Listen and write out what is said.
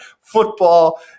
Football